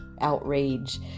outrage